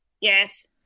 Yes